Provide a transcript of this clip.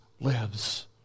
lives